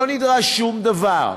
לא נדרש שום דבר.